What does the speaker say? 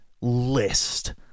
list